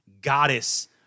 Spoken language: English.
goddess